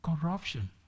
Corruption